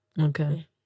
Okay